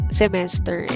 semester